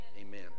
Amen